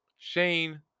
Shane